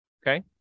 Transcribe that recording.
Okay